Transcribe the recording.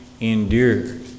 endured